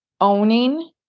owning